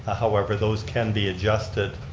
ah however, those can be adjusted,